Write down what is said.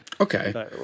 Okay